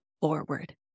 forward